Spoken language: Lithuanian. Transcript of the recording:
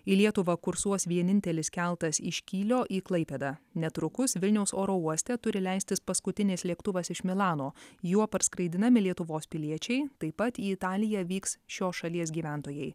į lietuvą kursuos vienintelis keltas iš kylio į klaipėdą netrukus vilniaus oro uoste turi leistis paskutinis lėktuvas iš milano juo parskraidinami lietuvos piliečiai taip pat į italiją vyks šios šalies gyventojai